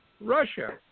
Russia